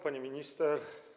Pani Minister!